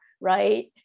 right